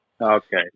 Okay